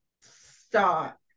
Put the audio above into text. Stop